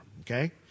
Okay